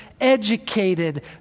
educated